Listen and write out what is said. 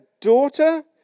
daughter